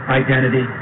identity